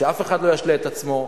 שאף אחד לא ישלה את עצמו.